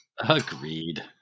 Agreed